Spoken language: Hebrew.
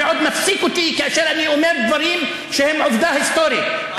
ועוד מפסיק אותי כאשר אני אומר דברים שהם עובדה היסטורית.